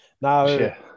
Now